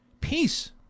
Peace